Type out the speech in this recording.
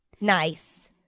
nice